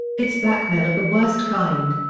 it's blackmail of the worst kind.